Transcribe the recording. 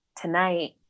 tonight